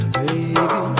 baby